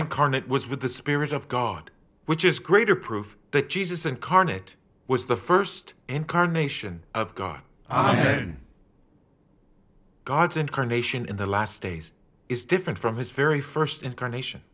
incarnate was with the spirit of god which is greater proof that jesus incarnate was the st incarnation of god god's incarnation in the last days is different from his very st incarnation